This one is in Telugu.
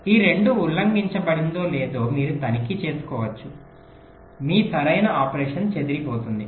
ఈ రెండు ఉల్లంఘించబడిందో లేదో మీరు తనిఖీ చేయవచ్చు మీ సరైన ఆపరేషన్ చెదిరిపోతుంది